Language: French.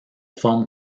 forme